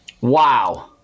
wow